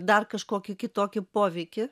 dar kažkokį kitokį poveikį